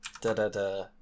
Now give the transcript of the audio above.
da-da-da